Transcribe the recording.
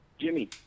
Jimmy